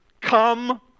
come